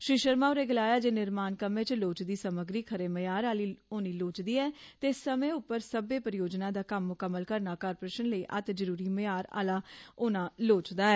श्री शर्मा होरें गलाया जे निर्माण कम्में च लोड़चदी समग्री खरे म्यार आहली होनी लाज़मी ऐ ते समें उप्पर सब्बै परियोजनाएं दा कम्म म्कम्मल करना कारोपेशन लेई अत्त जरुरी म्यार आहला होना लोड़चदा ऐ